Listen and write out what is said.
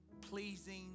pleasing